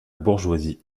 bourgeoisie